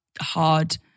hard